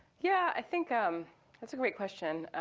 yeah, i think um that's a great question.